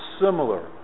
similar